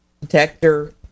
detector